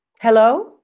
Hello